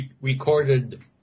recorded